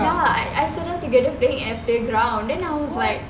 ya I saw them together playing at playground then I was like